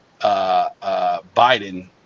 Biden